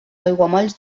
aiguamolls